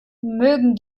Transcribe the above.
mögen